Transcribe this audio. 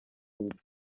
nzi